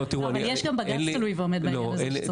גם בג"ץ שתלוי ועומד בעניין הזה.